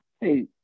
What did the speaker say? hey